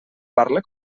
parla